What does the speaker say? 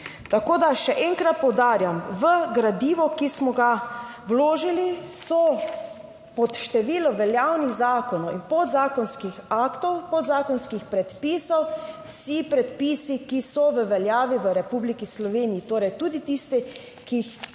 Tako da, še enkrat poudarjam, v gradivu, ki smo ga vložili, so pod število veljavnih zakonov in podzakonskih aktov, podzakonskih predpisov, vsi predpisi, ki so v veljavi v Republiki Sloveniji, torej tudi tisti, ki jih sprejmejo